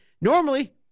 normally